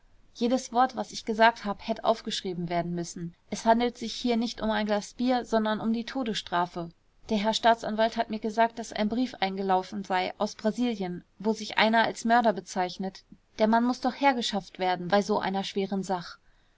jedes wort was ich gesagt hab hätt aufgeschrieben werden müssen es handelt sich hier nicht um ein glas bier sondern um die todesstrafe der herr staatsanwalt hat mir gesagt daß ein brief eingelaufen sei aus brasilien wo sich einer als mörder bezeichnet der mann muß doch hergeschafft werden bei so einer schweren sach